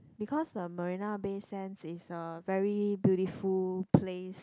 because the Marina Bay Sands is a very beautiful place